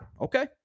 Okay